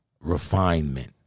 refinement